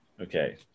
Okay